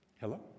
Hello